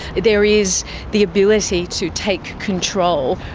there is the ability to take control.